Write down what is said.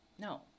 no